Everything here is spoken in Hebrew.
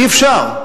אי-אפשר,